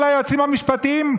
כל היועצים המשפטיים,